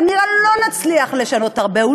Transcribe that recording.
לא נצליח כנראה לשנות הרבה,